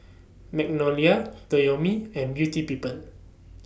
Magnolia Toyomi and Beauty People